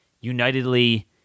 unitedly